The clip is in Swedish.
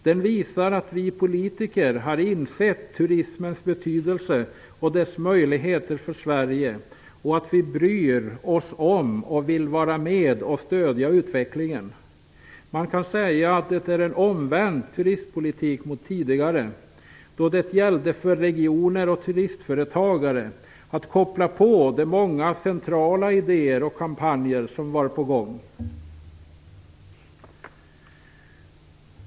Den visar att vi politiker har insett turismens betydelse och dess möjligheter för Sverige och att vi bryr oss om och vill vara med och stödja utvecklingen. Man kan säga att det är en omvänd turistpolitik mot tidigare. Då gällde det för regioner och turistföretagare att koppla på de många centrala idéer och kampanjer som var på gång.